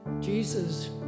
Jesus